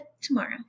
tomorrow